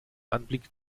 anblick